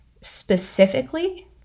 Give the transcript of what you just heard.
specifically